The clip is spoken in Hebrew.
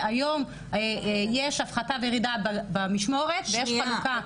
שהיום יש הפחתה וירידה במשמורת ויש חלוקה.